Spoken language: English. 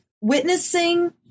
witnessing